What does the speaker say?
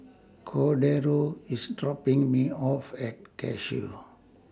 Cordero IS dropping Me off At Cashew